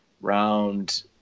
round